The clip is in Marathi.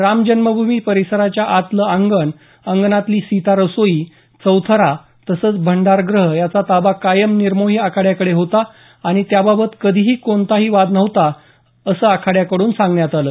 रामजन्मभूमी परिसराच्या आतलं अंगण अंगणातली सीता रसोई चौथरा तसंच भंडारगृह याचा ताबा कायम निर्मोही आखाड्याकडे होता आणि त्याबाबत कधीही कोणताही वाद नव्हता असं आखाड्याकडून सांगण्यात आलं